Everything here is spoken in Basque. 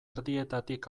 erdietatik